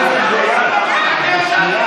חברת הכנסת גולן, את בשנייה.